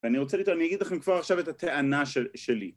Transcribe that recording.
ואני רוצה, אני אגיד לכם כבר עכשיו את הטענה ש-שלי